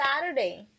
Saturday